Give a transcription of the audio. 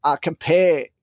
compare